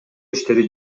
иштери